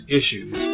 issues